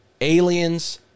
aliens